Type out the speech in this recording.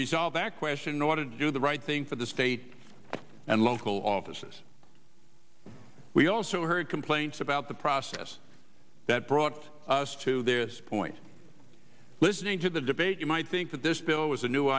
resolve that question now what to do the right thing for the state and local offices we also heard complaints about the process that brought us to this point listening to the debate you might think that this bill was a new